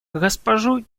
госпожу